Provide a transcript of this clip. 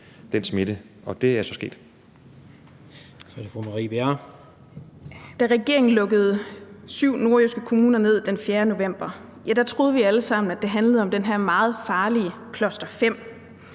Marie Bjerre (V): Da regeringen lukkede 7 nordjyske kommuner ned den 4. november, troede vi alle sammen, at det handlede om den her meget farlige